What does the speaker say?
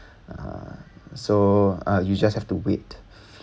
uh so you have just to wait